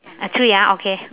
ah three ah okay